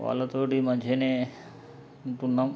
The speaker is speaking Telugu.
వాళ్ళ తోటి మంచిగానే ఉంటున్నాం